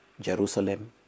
Jerusalem